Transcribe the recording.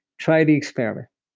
try the experiment.